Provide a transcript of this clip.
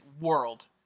world